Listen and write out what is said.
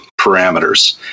parameters